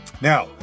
Now